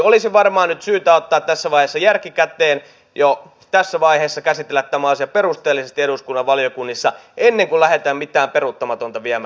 olisi varmaan nyt syytä ottaa tässä vaiheessa järki käteen ja jo tässä vaiheessa käsitellä tämä asia perusteellisesti eduskunnan valiokunnissa ennen kuin lähdetään mitään peruuttamatonta viemään eteenpäin